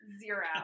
Zero